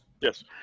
Yes